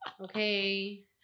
okay